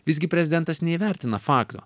visgi prezidentas neįvertina fakto